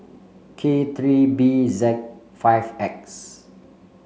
K three B Z five X